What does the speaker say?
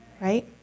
right